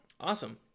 Awesome